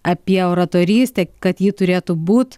apie oratorystę kad ji turėtų būt